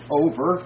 over